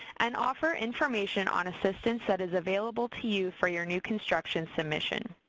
and offer information on assistance that is available to you for your new construction submission.